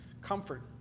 comfort